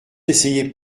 essayaient